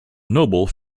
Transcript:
noble